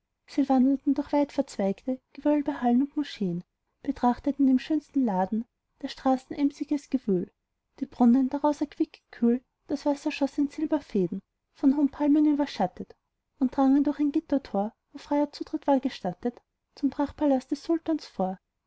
sie wandelten durch weitverzweigte gewölbe hallen und moscheen betrachteten die schönsten läden der straßen emsiges gewühl die brunnen draus erquickend kühl das wasser schoß in silberfäden von hohen palmen überschattet und drangen durch ein gittertor wo freier zutritt war gestattet zum prachtpalast des sultans vor